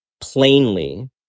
plainly